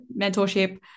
mentorship